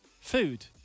Food